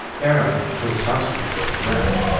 aaron, who was housekeeper at the ranch,